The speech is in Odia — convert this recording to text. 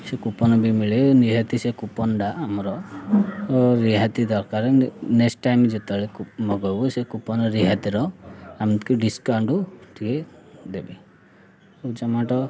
କୁପନ୍ ବି ମିଳେ ନିହାତି ସେ କୁପନଟା ଆମର ରିହାତି ଦରକାର ନେକ୍ସଟ ଟାଇମ୍ ଯେତେବେଳେ ମଗାଇବୁ ସେ କୁପନ୍ ରିହାତିର ଆମକୁ ଡିସ୍କାଉଣ୍ଟ ଟିକେ ଦେବେ ଜମାଟୋ